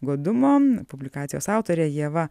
godumo publikacijos autorė ieva